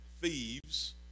thieves